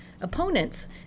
opponents